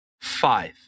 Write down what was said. Five